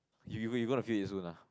you you gonna feel it soon lah